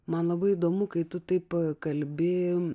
man labai įdomu kai tu taip kalbi